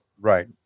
Right